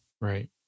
Right